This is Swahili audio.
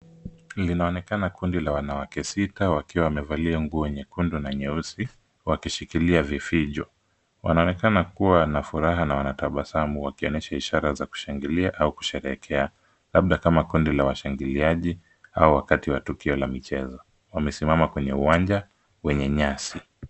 Linaonekana kundi la wanawake sita wakiwa wamevalia nguo nyekundu na nyeusi wakishikilia vifijo. Wanaonekana kuwa na furaha na watabasamu wakionyesha ishara za kushangili au kusherehekea labda kama kundi la washangiliaji au wakati wa tukio la michezo. Wamesimama katika uwanja wenye nyasi.